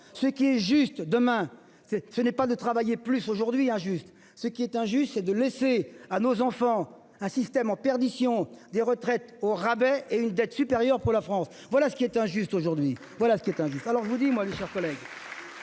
Ce qui est juste demain c'est ce n'est pas de travailler plus aujourd'hui à juste ce qui est injuste et de laisser à nos enfants un système en perdition des retraites au rabais et une dette supérieure pour la France, voilà ce qui est injuste aujourd'hui voilà ce qui est un, alors je vous dis moi le chocolat.